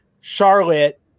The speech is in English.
Charlotte